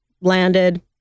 landed